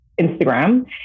Instagram